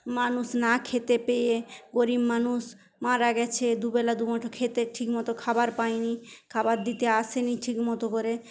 মানুষ না খেতে পেয়ে গরিব মানুষ মারা গেছে দু বেলা দুমঠো খেতে ঠিকমতো খাবার পায়নি খাবার দিতে আসেনি ঠিকমতো করে